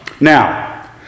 Now